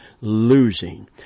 losing